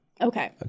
Okay